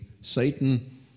Satan